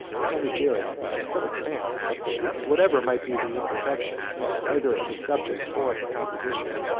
a panegyric which is still extant and whatever might be the imperfections, either of the subject or of the composition,